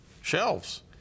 shelves